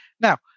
Now